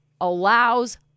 allows